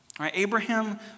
Abraham